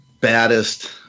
baddest